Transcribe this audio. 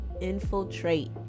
infiltrate